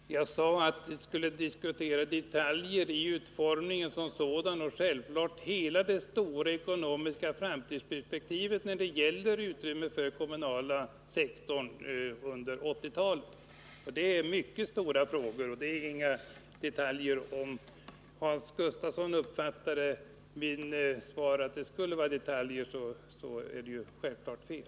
Herr talman! Jag sade att vi skulle diskutera utformningen av etappen för 1981 men framför allt det stora framtidsperspektivet när det gäller det ekonomiska utrymmet för den kommunala sektorn under 1980-talet. Det är mycket stora frågor och inga detaljer. Om Hans Gustafsson uppfattade det så att det skulle gälla detaljer har han fattat fel.